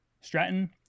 Stratton